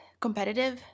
competitive